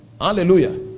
Hallelujah